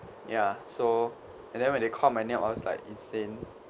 ya so and then when they call my name I was like insane